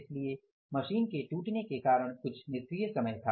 इसलिए मशीन के टूटने के कारण कुछ निष्क्रिय समय था